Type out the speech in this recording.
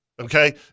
Okay